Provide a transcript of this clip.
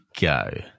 go